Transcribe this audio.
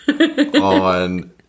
on